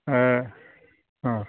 ओह ओह